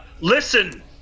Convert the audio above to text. Listen